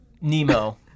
Nemo